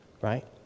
right